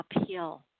uphill